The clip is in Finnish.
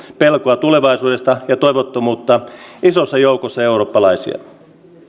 pelkoa tulevaisuudesta ja toivottomuutta isossa joukossa eurooppalaisia